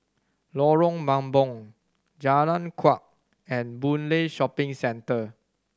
Lorong Mambong Jalan Kuak and Boon Lay Shopping Centre